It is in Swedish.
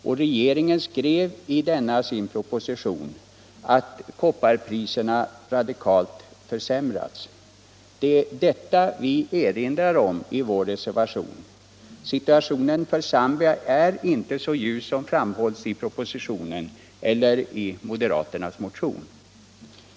Och regeringen skrev i sin proposition att kopparpriserna radikalt försämrats. Det är detta vi erinrar om i vår reservation — situationen för Zambia är inte så ljus som framhålls i propositionen eller i moderaternas motion.